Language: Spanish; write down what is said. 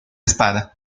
espada